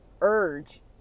urge